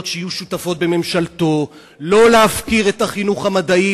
שיהיו שותפות בממשלתו לא להפקיר את החינוך המדעי,